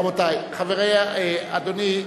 אדוני,